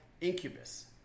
Incubus